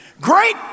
great